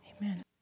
Amen